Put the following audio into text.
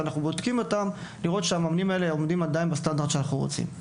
עדיין עומדים בסטנדרט שאנחנו רוצים.